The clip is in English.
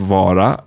vara